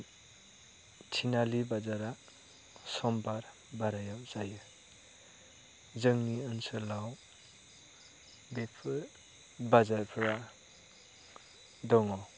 थिनालि बाजारा समबार बारायाव जायो जोंनि ओनसोलाव बेफोर बाजारफोरा दङ